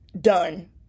done